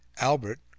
Albert